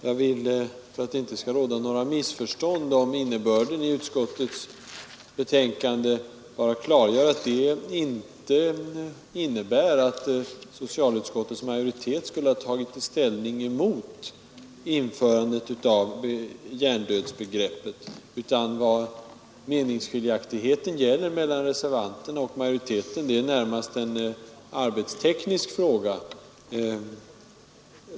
Jag vill, för att det inte skall råda några missförstånd om innebörden av utskottets betänkande, klargöra att det inte innebär att socialutskottets majoritet skulle ha tagit ställning mot införandet av hjärndödsbegreppet. Vad meningsskiljaktigheten mellan reservanterna och utskottsmajoriteten gäller är närmast en arbetsteknisk fråga.